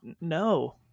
no